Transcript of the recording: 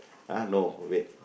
uh no wait